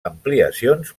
ampliacions